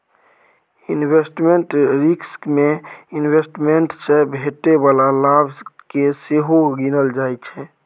investment risk मे investment सँ भेटै बला लाभ केँ सेहो गिनल जाइ छै